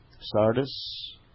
Sardis